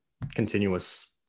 continuous